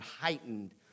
heightened